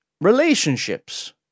relationships